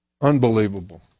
Unbelievable